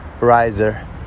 riser